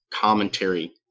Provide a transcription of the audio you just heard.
commentary